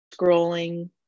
scrolling